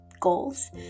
goals